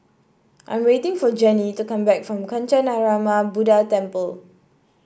I'm waiting for Jenny to come back from Kancanarama Buddha Temple